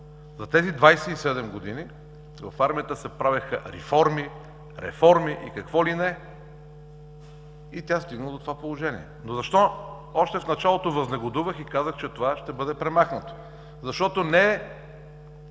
За тези 27 години в армията се правеха реформи, реформи и какво ли не, и тя стигна до това положение. Защо още в началото възнегодувах и казах, че това ще бъде премахнато? Защото не е